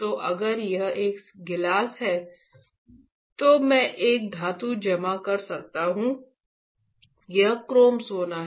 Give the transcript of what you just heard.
तो अगर यह एक गिलास है तो मैं एक धातु जमा कर सकता हूं यह क्रोम सोना है